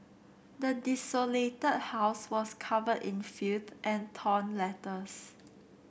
the desolated house was covered in filth and torn letters